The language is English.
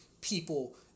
people